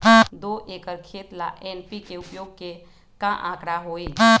दो एकर खेत ला एन.पी.के उपयोग के का आंकड़ा होई?